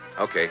Okay